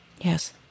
Yes